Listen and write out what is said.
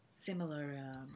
similar